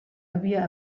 havia